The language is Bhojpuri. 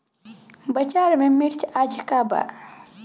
बाजार में मिर्च आज का बा?